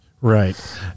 Right